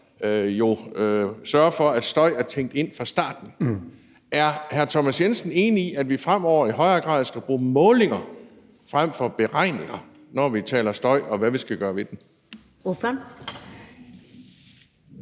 sørge for, at det med støj er tænkt ind fra starten. Er hr. Thomas Jensen enig i, at vi fremover i højere grad skal bruge målinger frem for beregninger, når vi taler støj, og hvad vi skal gøre ved den? Kl.